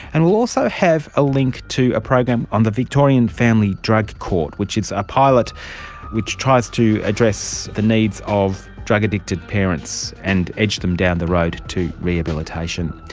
and we will also have a link to a program on the victorian family drug court, which is a pilot which tries to address the needs of drug addicted parents and edge them down the road to rehabilitation.